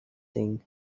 thing